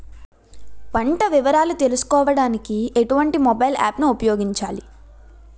పంట వివరాలు తెలుసుకోడానికి ఎటువంటి మొబైల్ యాప్ ను ఉపయోగించాలి?